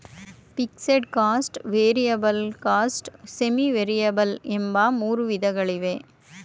fixed cost, variable cost, semi variable ಎಂಬ ಮೂರು ವಿಧಗಳಿವೆ